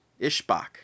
Ishbak